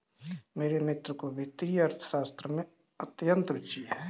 मेरे मित्र को वित्तीय अर्थशास्त्र में अत्यंत रूचि है